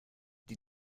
die